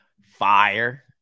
Fire